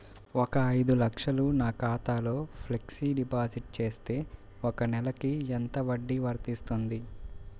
ఒక ఐదు లక్షలు నా ఖాతాలో ఫ్లెక్సీ డిపాజిట్ చేస్తే ఒక నెలకి ఎంత వడ్డీ వర్తిస్తుంది?